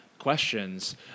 questions